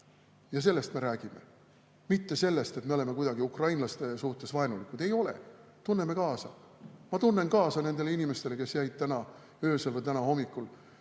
ja sellest me räägime, mitte sellest, et me oleme kuidagi ukrainlaste suhtes vaenulikud. Ei ole. Me tunneme kaasa. Ma tunnen kaasa nendele inimestele, kes jäid täna öösel või hommikul